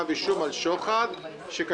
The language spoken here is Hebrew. מנצלים ------ אתה צודק,